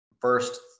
First